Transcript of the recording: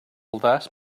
last